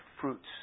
fruits